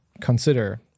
consider